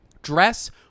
Dress